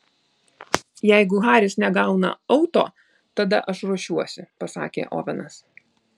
jeigu haris negauna auto tada aš ruošiuosi pasakė ovenas